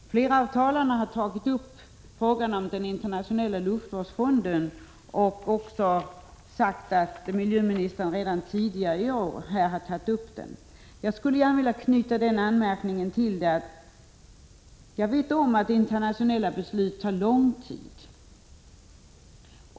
Flera av talarna har nämnt den internationella luftvårdsfonden och även erinrat om att denna redan tidigare i år har berörts här av miljöministern. Jag vill till detta tillägga att internationella beslut tar lång tid.